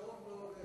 השעון לא עובד.